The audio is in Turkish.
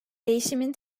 değişimin